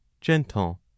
gentle